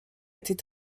était